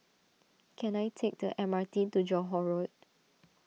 can I take the M R T to Johore Road